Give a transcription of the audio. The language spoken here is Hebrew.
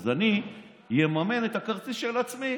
אז אני אממן את הכרטיס של עצמי